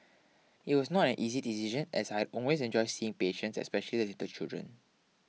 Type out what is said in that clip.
it was not an easy decision as I always enjoyed seeing patients especially the little children